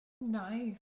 Nice